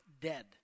dead